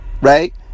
right